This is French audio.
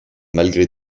malgré